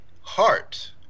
heart